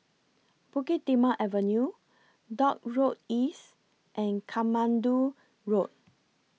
Bukit Timah Avenue Dock Road East and Katmandu Road